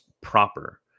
proper